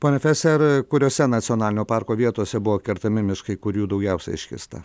ponia feser kuriose nacionalinio parko vietose buvo kertami miškai kurių daugiausia iškirsta